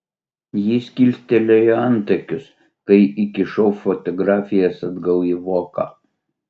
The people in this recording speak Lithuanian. jis kilstelėjo antakius kai įkišau fotografijas atgal į voką